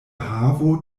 havo